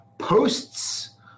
Posts